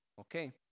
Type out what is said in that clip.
Okay